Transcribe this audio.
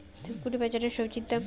ধূপগুড়ি বাজারের স্বজি দাম?